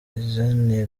izina